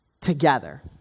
together